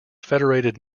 federated